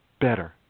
better